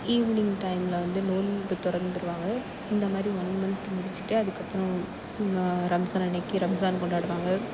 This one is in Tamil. ஈவினிங் டைமில் வந்து நோம்பு திறந்துருவாங்க இந்தமாதிரி ஒன் மன்த் முடித்து அதுக்கப்புறம் ரம்ஜான் அன்றைக்கி ரம்ஜான் கொண்டாடுவாங்க